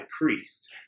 priest